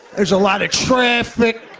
there's a lot of traffic.